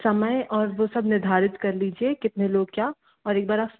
समय और वो सब निर्धारित कर लीजिए कितने लोग क्या और एकबार आप